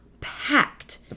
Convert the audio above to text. packed